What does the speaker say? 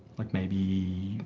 like, maybe,